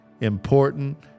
important